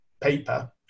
paper